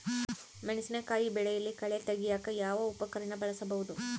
ಮೆಣಸಿನಕಾಯಿ ಬೆಳೆಯಲ್ಲಿ ಕಳೆ ತೆಗಿಯಾಕ ಯಾವ ಉಪಕರಣ ಬಳಸಬಹುದು?